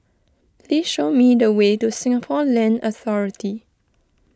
please show me the way to Singapore Land Authority